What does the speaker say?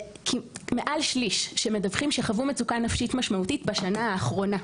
מעל שליש שמדווחים שחוו מצוקה נפשית משמעותית בשנה האחרונה.